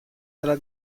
della